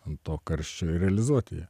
ant to karščio realizuoti ją